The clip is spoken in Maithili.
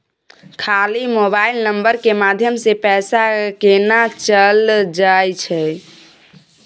खाली मोबाइल नंबर के माध्यम से पैसा केना चल जायछै?